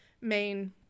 main